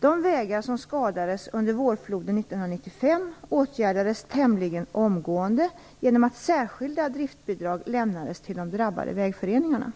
De vägar som skadades under vårfloden 1995 åtgärdades tämligen omgående genom att särskilda driftbidrag lämnades till de drabbade vägföreningarna.